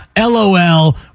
LOL